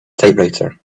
typewriter